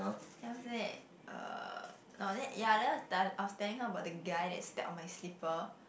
then after that uh no then ya then I was tell I was telling about the guy that step on my slipper